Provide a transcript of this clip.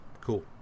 Cool